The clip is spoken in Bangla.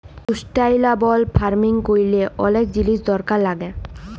সুস্টাইলাবল ফার্মিং ক্যরলে অলেক জিলিস দরকার লাগ্যে